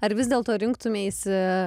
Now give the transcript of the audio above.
ar vis dėlto rinktumeisi